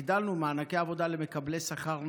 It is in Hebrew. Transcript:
הגדלנו מענקי עבודה למקבלי שכר נמוך,